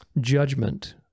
judgment